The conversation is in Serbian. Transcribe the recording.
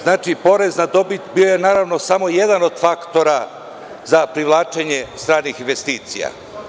Znači porez na dobit je bio samo jedan od faktora za privlačenje stranih investicija.